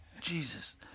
Jesus